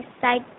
side